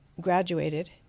graduated